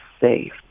safe